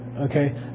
okay